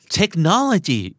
technology